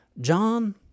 John